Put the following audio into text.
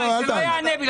לא, שלא יענה.